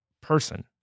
person